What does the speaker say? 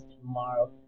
tomorrow